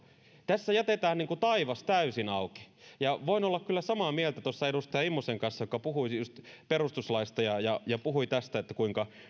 tässä jätetään taivas täysin auki voin kyllä olla samaa mieltä edustaja immosen kanssa joka puhui just perustuslaista ja ja puhui tästä kuinka tarkkarajaista